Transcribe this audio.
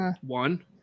one